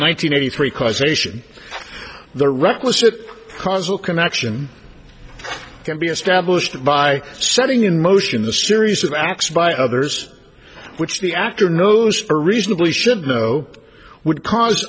hundred eighty three causation the requisite causal connection can be established by setting in motion the series of acts by others which the actor knows or reasonably should know would cause